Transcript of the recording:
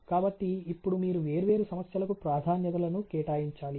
కాబట్టి ఇప్పుడు మీరు వేర్వేరు సమస్యలకు ప్రాధాన్యతలను కేటాయించాలి